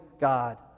God